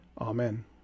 Amen